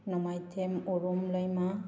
ꯅꯣꯡꯃꯥꯏꯊꯦꯝ ꯑꯣꯔꯣꯝ ꯂꯩꯃ